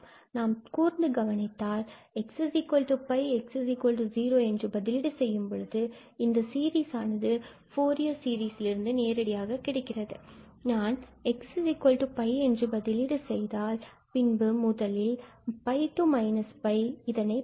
நாம் கூர்ந்து கவனித்தால் நாம் 𝑥𝜋 and 𝑥0 என்று பதிலீடு செய்யும்பொழுது பின்பு இந்த சீரிஸ் ஆனது ஃபூரியர் சீரீஸில் இருந்து நேரடியாக கிடைக்கிறது நான் x𝜋என்று பதிலீடு செய்தால் நாம் முதலில் 𝜋 or 𝜋 இதனை பார்க்கவேண்டும்